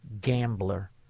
gambler